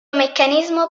meccanismo